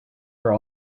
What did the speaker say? for